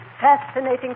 Fascinating